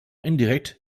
indirekt